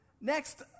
Next